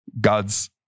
God's